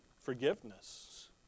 Forgiveness